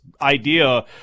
idea